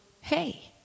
hey